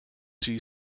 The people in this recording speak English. sea